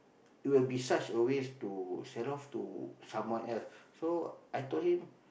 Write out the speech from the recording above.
it'll be such a waste to sell off to someone else so I told him